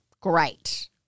great